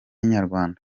inyarwanda